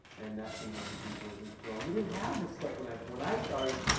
and that can help you do version control. and we didn't have this stuff when i when i started